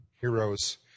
heroes